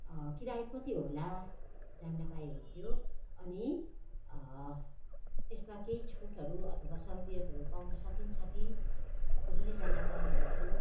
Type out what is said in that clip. किराय कति होला जान्नु पाए हुन्थ्यो अनि त्यसमा केही छुटहरू अथवा सहुलियतहरू पाउन सकिन्छ कि त्यो पनि जान्न पाए हुन्थ्यो